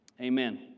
amen